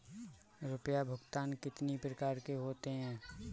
रुपया भुगतान कितनी प्रकार के होते हैं?